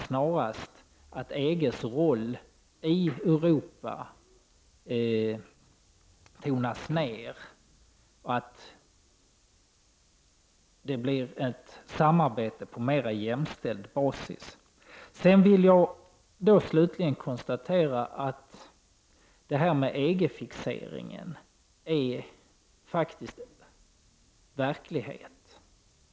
Snarare måste EG:s roll i Europa tonas ner och samarbetet bli på en mera jämställd basis. EG-fixeringen är faktiskt verklighet.